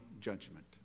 judgment